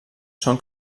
són